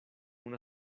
una